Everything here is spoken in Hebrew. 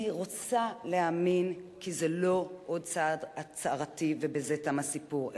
אני רוצה להאמין שזה לא עוד צעד הצהרתי ובזה תם הסיפור,